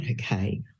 okay